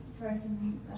person